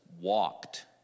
walked